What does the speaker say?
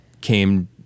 came